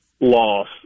loss